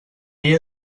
ell